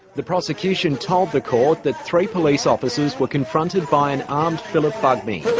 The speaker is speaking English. the prosecution told the court that three police officers were confronted by an armed phillip bugmy.